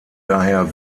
daher